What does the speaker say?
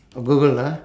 oh google ah